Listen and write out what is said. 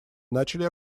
начали